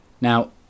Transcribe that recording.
Now